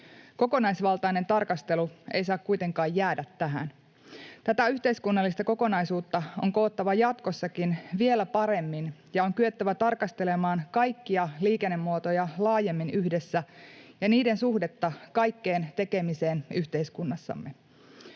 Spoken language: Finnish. Kokonaisvaltainen tarkastelu ei saa kuitenkaan jäädä tähän. Tätä yhteiskunnallista kokonaisuutta on koottava jatkossa vieläkin paremmin, ja on kyettävä tarkastelemaan kaikkia liikennemuotoja laajemmin yhdessä ja niiden suhdetta kaikkeen tekemiseen yhteiskunnassamme.